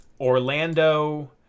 Orlando